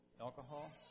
alcohol